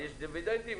"יש דיבידנדים?